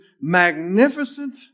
magnificent